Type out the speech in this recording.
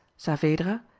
saavedra,